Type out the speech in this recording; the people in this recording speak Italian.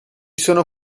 sono